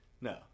no